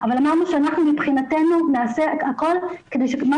אבל אמרנו שאנחנו מבחינתנו נעשה את הכל כדי שכמה